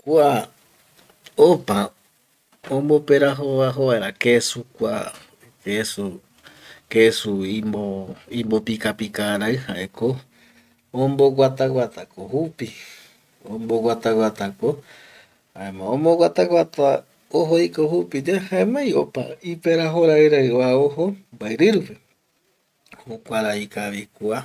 Kua opa omboperajo rajo vaera kesu, kesu imbopika pikaarai jaeko omboguataguatako jupi, omboguata guatako jaema omboguataguata ojo oiko jupi yae jaemai opa iperajo rai rai oa ojo mbaerirupe, jokuara ikavi kua